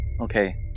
Okay